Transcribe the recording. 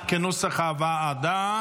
תודה רבה.